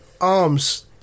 arms